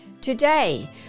Today